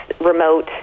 remote